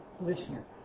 listener